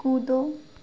कूदो